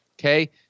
Okay